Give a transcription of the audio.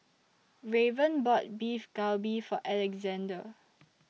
Raven bought Beef Galbi For Alexandr